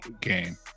game